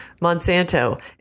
Monsanto